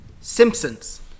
Simpsons